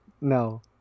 No